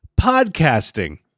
podcasting